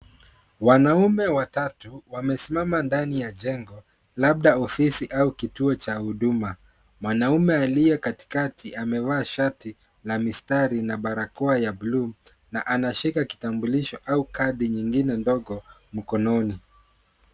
Wanaume watatu wamesimama ndani ya jengo, labda ofisi au kituo cha huduma. Mwanaume aliye katikati amevaa shati la mistari na barakoa ya buluu na anashika kitambulisho au kadi nyingine ndogo mkononi.